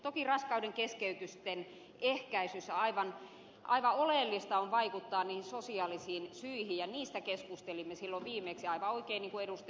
toki raskaudenkeskeytysten ehkäisyssä aivan oleellista on vaikuttaa niihin sosiaalisiin syihin ja niistä keskustelimme silloin viimeksi aivan oikein niin kuin ed